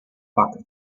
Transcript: bucket